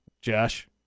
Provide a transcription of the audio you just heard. Josh